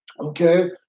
Okay